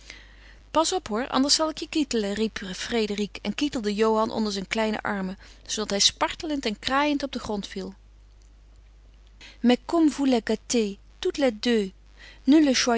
pas op hoor anders zal ik je kietelen riep frédérique en kietelde johan onder zijne kleine armen zoodat hij spartelend en kraaiend op den grond viel